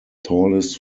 tallest